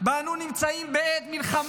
שבה אנו נמצאים, בעת מלחמה,